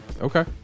Okay